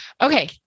Okay